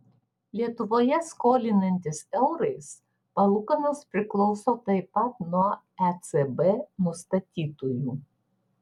lietuvoje skolinantis eurais palūkanos priklauso taip pat nuo ecb nustatytųjų